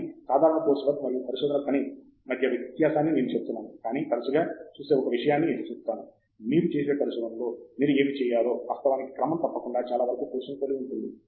కానీ సాధారణ course work మరియు పరిశోధన పని మధ్య వ్యత్యాసాన్ని నేను చెబుతున్నాను కానీ తరచుగా చూసే ఒక విషయాన్ని ఎత్తి చూపుతాను మీరు చేసే పరిశోధనలో మీరు ఏమి చేయాలో వాస్తవానికి క్రమం తప్పకుండా చాలావరకు కోర్సుని పోలి ఉంటుంది